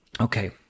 Okay